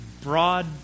broad